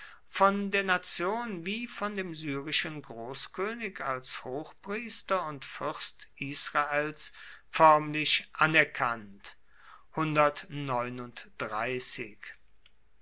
von der nation wie von dem syrischen großkönig als hochpriester und fürst israels förmlich anerkannt